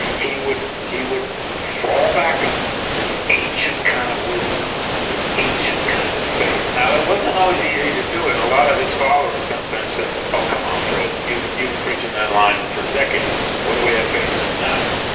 he would he would fall back on this ancient kind of wisdom this ancient kind of faith. now, that wasn't always easy to do and a lot of his followers sometimes said, so ah come on, fred, you've you've been preaching that line for decades. what do we have faith in now?